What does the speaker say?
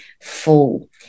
full